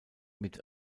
mit